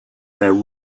their